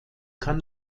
kann